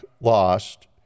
lost